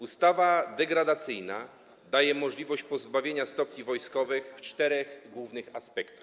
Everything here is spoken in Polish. Ustawa degradacyjna daje możliwość pozbawiania stopni wojskowych w czterech głównych aspektach.